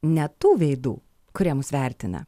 ne tų veidų kurie mus vertina